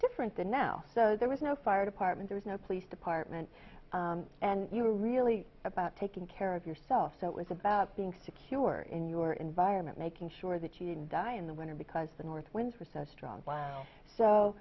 different than now so there was no fire department there is no police department and you were really about taking care of yourself so it was about being secure in your environment making sure that you didn't die in the winter because the north winds were so strong